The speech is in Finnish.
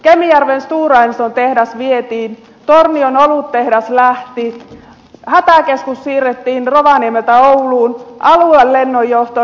kemijärven stora enson tehdas vietiin tornion oluttehdas lähti hätäkeskus siirrettiin rovaniemeltä ouluun aluelennonjohto lähti